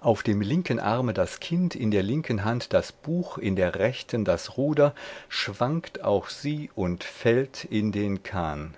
auf dem linken arme das kind in der linken hand das buch in der rechten das ruder schwankt auch sie und fällt in den kahn